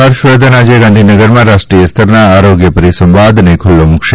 હર્ષવર્ધન આજે ગાંધીનગરમાં રાષ્ટ્રીય સ્તરના આરોગ્ય પરિસંવાદને ખુલ્લો મુકશે